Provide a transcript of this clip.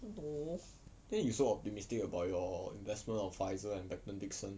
no